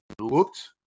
looked